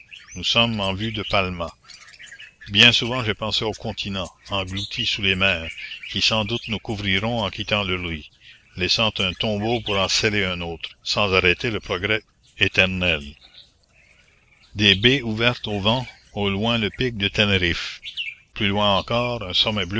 nous sommes en vue de palma la commune bien souvent j'ai pensé aux continents engloutis sous les mers qui sans doute nous couvriront en quittant leurs lits laissant un tombeau pour en sceller un autre sans arrêter le progrès éternel des baies ouvertes aux vents au loin le pic de ténériffe plus loin encore